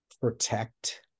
protect